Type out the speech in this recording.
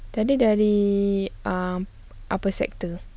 tadi dari um apa sektor